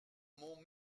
m’ont